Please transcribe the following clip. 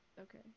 okay